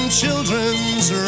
children's